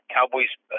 Cowboys